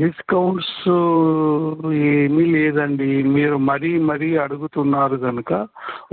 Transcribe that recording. discounts ఏమీ లేదండి మీరు మరీ మరీ అడుగుతున్నారు కనుక